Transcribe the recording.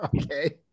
okay